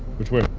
which way?